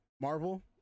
marvel